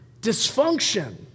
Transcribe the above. dysfunction